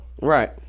Right